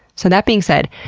so that being said,